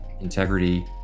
integrity